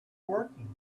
working